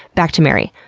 back to mary.